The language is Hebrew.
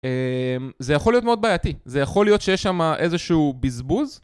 אמ.. זה יכול להיות מאוד בעייתי, זה יכול להיות שיש שם איזשהו בזבוז